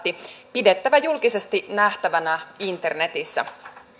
pidettävä julkisesti nähtävänä internetissä